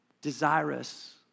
desirous